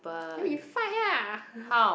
then we fight ah